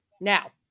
Now